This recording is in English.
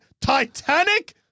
Titanic